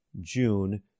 June